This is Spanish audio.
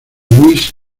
louis